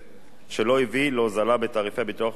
שלא הביא להוזלה בתעריפי הביטוח לאופנועים,